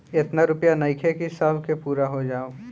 एतना रूपया नइखे कि सब के पूरा हो जाओ